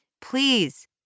Please